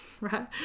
Right